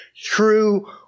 true